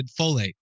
folate